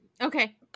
Okay